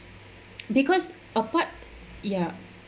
because apart ya